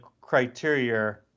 criteria